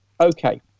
okay